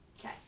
Okay